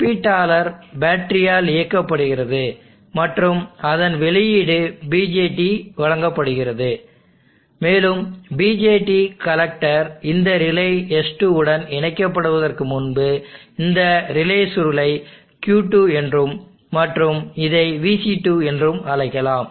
ஒப்பீட்டாளர் பேட்டரியால் இயக்கப்படுகிறது மற்றும் அதன் வெளியீடு BJT வழங்கப்படுகிறது மேலும் BJT கலெக்டர் இந்த ரிலே S2 உடன் இணைக்கப்படுவதற்கு முன்பு இந்த ரிலே சுருளை Q2 என்றும் மற்றும் இதை Vc2 என்றும் அழைக்கலாம்